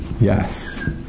Yes